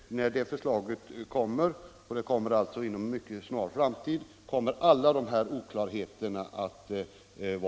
När detta förslag kommer inom en mycket snar framtid undanröjs som sagt oklarheterna.